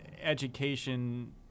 education